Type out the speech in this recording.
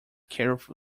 careful